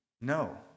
No